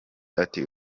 ati